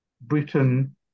Britain